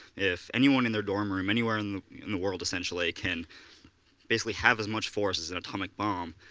if anyone in their dorm room, anywhere in the in the world essentially can basically have as much force as an atomic bomb,